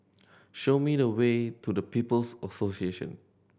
show me the way to the People's Association